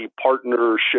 partnership